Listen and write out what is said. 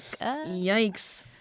Yikes